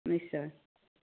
নিশ্চয়